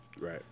Right